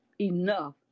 enough